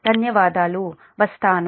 ధన్యవాదాలు వస్తాను